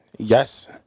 Yes